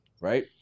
right